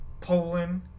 Poland